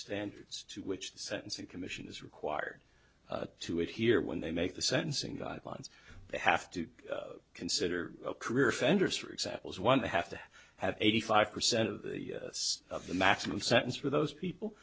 standards to which the sentencing commission is required to it here when they make the sentencing guidelines they have to consider a career offenders for example is one they have to have eighty five percent of this of the maximum sentence for those people